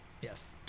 yes